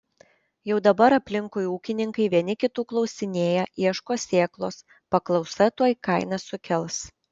jau dabar aplinkui ūkininkai vieni kitų klausinėja ieško sėklos paklausa tuoj kainas sukels